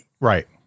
Right